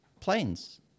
planes